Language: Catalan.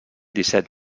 disset